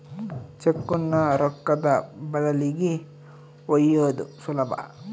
ಚೆಕ್ಕುನ್ನ ರೊಕ್ಕದ ಬದಲಿಗಿ ಒಯ್ಯೋದು ಸುಲಭ